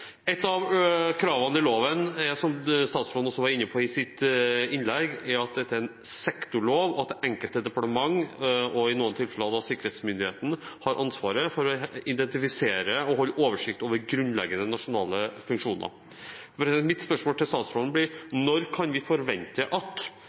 Et av kravene i forbindelse med loven er, som statsråden også var inne på i sitt innlegg, at dette er en sektorlov, og at det enkelte departement, og i noen tilfeller da sikkerhetsmyndigheten, har ansvaret for å identifisere og holde oversikt over grunnleggende nasjonale funksjoner. Mitt spørsmål til statsråden blir: